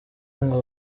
ngo